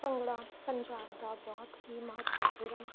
ਭੰਗੜਾ ਪੰਜਾਬ ਦਾ ਬਹੁਤ ਹੀ ਮਹੱਤਵਪੂਰਨ